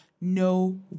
No